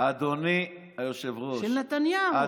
של נתניהו.